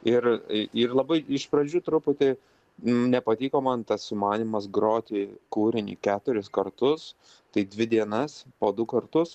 ir ir labai iš pradžių truputį nepatiko man tas sumanymas groti kūrinį keturis kartus tai dvi dienas po du kartus